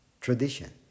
tradition